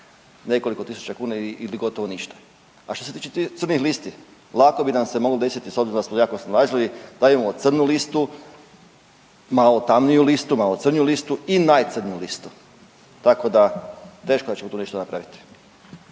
nekoliko tisuća kuna ili gotovo ništa. A što se tiče crnih listi lako bi nam se moglo desiti s obzirom da smo jako snalažljivi da imamo crnu listu, malo tamniju listu, malo crniju listu i najcrniju listu. Tako da teško da ćemo tu nešto napraviti.